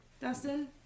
Dustin